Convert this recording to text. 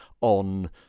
on